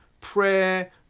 prayer